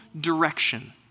direction